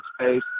space